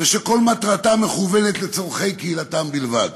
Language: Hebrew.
ושכל מטרתם מכוונת לצורכי קהילתם בלבד.